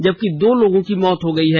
जबकि दो लोगों की मौत हुई हैं